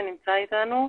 שנמצא איתנו.